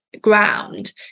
ground